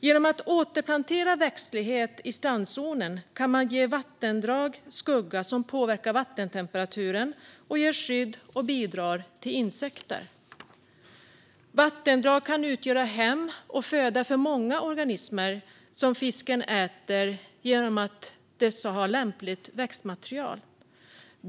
Genom att återplantera växtlighet i strandzonen kan man ge vattendrag skugga som påverkar vattentemperaturen, ger skydd och bidrar till insekter. Vattendrag kan utgöra hem och föda för många organismer som fisken äter genom att dessa har lämpligt växtmaterial.